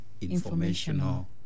informational